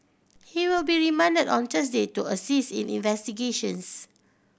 he will be remanded on Thursday to assist in investigations